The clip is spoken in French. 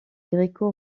gréco